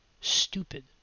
Stupid